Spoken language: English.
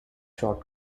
short